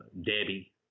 debbie